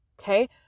Okay